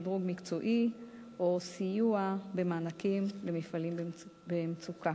שדרוג מקצועי או סיוע במענקים למפעלים במצוקה.